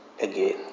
again